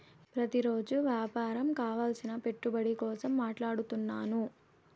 ప్రతిరోజు వ్యాపారం కావలసిన పెట్టుబడి కోసం మాట్లాడుతున్నాను